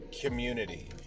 community